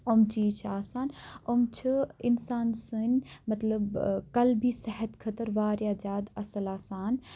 یِم چیٖز چھِ آسان یِم چھِ اِنسان سٕندۍ مطلب قلبی صحت خٲطرٕ واریاہ زِیادٕ اصل آسان